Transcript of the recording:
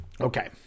Okay